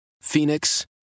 Phoenix